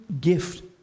gift